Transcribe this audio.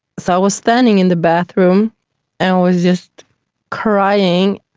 so i was standing in the bathroom and i was just crying,